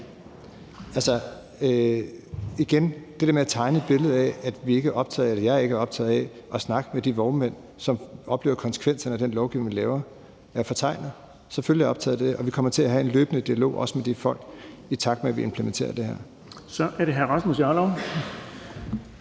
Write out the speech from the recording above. Altså, igen er det der med at tegne et billede af, at jeg ikke er optaget af at snakke med de vognmænd, som oplever konsekvenserne af den lovgivning, vi laver, og det er fortegnet. Selvfølgelig er jeg optaget af det, og vi kommer til at have en løbende dialog, også med de folk, i takt med at vi implementerer det her. Kl. 11:49 Den fg. formand